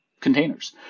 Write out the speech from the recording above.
containers